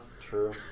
true